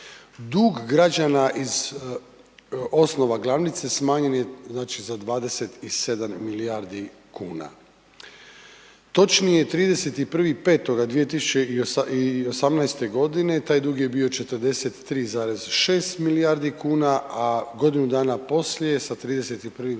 Dug građana iz osnova glavnice smanjen je znači za 27 milijardi kuna. Točnije 31.5.2018. godine taj dug je bio 43,6 milijardi kuna a godinu dana poslije sa 31.